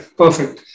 perfect